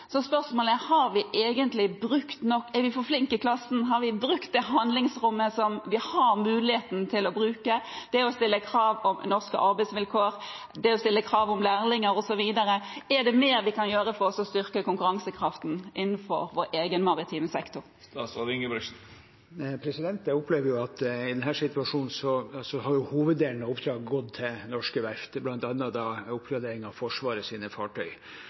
Så spørsmålet er: Er vi for flinke i klassen? Har vi brukt det handlingsrommet som vi har muligheten til å bruke, det å stille krav om norske arbeidsvilkår, det å stille krav om lærlinger osv.? Er det mer vi kan gjøre for å styrke konkurransekraften innenfor vår egen maritime sektor? Jeg opplever at i denne situasjonen har hoveddelen av oppdraget gått til norske verft. Det er bl.a. da oppgradering av